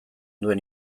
duen